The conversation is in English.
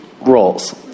roles